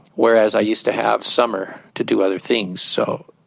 whereas i used to have summer to do other things. so